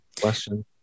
Question